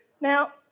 Now